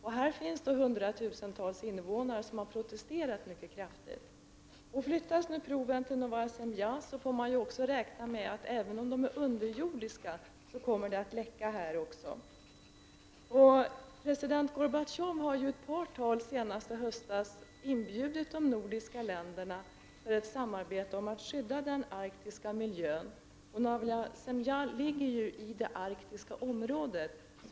Det finns hundratusentals invånare där, och de har protesterat mycket kraftigt. Om proven nu flyttas till Novaja Zemlja så får man räkna med att det också här, även om proven är underjordiska, kommer att läcka ut radioaktivitet. President Gorbatjov har i ett par tal, senast i höstas, inbjudit de nordiska länderna till ett samarbete för att skydda den arktiska miljön, och Novaja Zemlja ligger ju i det arktiska området.